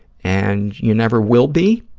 and you never will be,